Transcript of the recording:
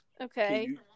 Okay